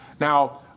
Now